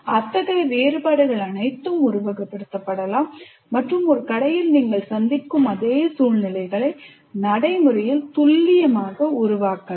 அத்தகைய வேறுபாடுகள் அனைத்தும் உருவகப்படுத்தப்படலாம் மற்றும் ஒரு கடையில் நீங்கள் சந்திக்கும் அதே சூழ்நிலைகளை நடைமுறையில் துல்லியமாக உருவாக்கலாம்